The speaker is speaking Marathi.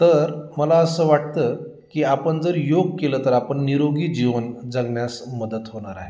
तर मला असं वाटतं की आपण जर योग केलं तर आपण निरोगी जीवन जगण्या्स मदत होणार आहे